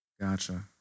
Gotcha